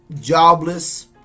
Jobless